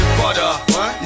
butter